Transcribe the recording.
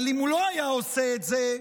אבל אם הוא לא היה עושה את זה,